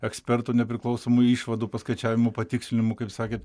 ekspertų nepriklausomų išvadų paskaičiavimų patikslinimų kaip sakėt